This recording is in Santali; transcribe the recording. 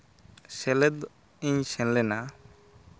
ᱥᱮᱞᱮᱫ ᱤᱧ ᱥᱮᱱ ᱞᱮᱱᱟ